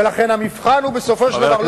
ולכן המבחן הוא בסופו של דבר לא בנאומים,